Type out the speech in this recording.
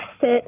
sit